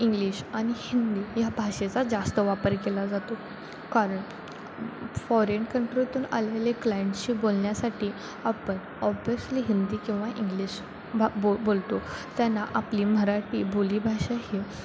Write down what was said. English आणि हिंदी या भाषेचा जास्त वापर केला जातो कारण फॉरेन कंट्रीतून आलेले क्लायंट्सशी बोलण्यासाठी आपण ऑब्विअसली हिंदी किंवा इंग्लिश भा बोल बोलतो त्यांना आपली मराठी बोलीभाषा ही